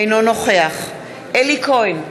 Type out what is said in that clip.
אינו נוכח אלי כהן,